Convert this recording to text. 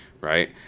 right